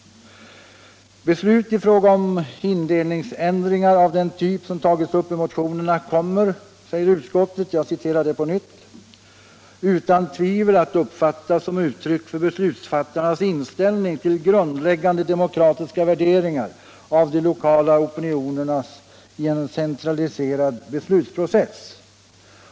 Beslut i fråga om indelningsändringar av den typ som tagits upp i motionerna kommer — säger utskottet — utan tvivel att uppfattas som uttryck för beslutsfattarnas inställning till grundläggande demokratiska värderingar av de lokala opinionerna i en centraliserad beslutsprocess.